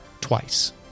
twice